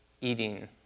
Eating